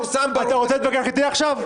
הוא פורסם --- אתה רוצה להתווכח איתי עכשיו?